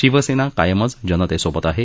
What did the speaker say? शिवसेना कायमच जनतेसोबत आहे